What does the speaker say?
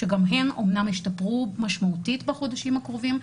שגם הן השתפרו משמעותית בחודשים האחרונים,